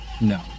no